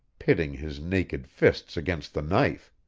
pitting his naked fists against the knife.